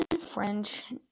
French